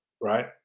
right